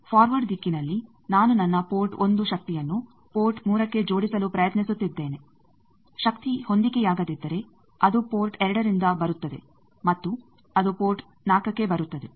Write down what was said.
forward ದಿಕ್ಕಿನಲ್ಲಿ ನಾನು ನನ್ನ ಪೋರ್ಟ್ 1 ಶಕ್ತಿಯನ್ನು ಪೋರ್ಟ್ 3ಗೆ ಜೋಡಿಸಲು ಪ್ರಯತ್ನಿಸುತ್ತಿದ್ದೇನೆ ಶಕ್ತಿ ಹೊಂದಿಕೆಯಾಗದಿದ್ದರೆ ಅದು ಪೋರ್ಟ್ 2 ದಿಂದ ಬರುತ್ತದೆ ಮತ್ತು ಅದು ಪೋರ್ಟ್ 4ಗೆ ಬರುತ್ತದೆ